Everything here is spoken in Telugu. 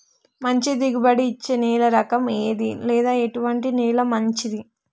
మంచి దిగుబడి ఇచ్చే నేల రకం ఏది లేదా ఎటువంటి నేల మంచిది?